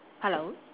hello